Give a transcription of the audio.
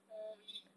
orh !ee!